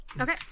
Okay